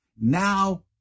now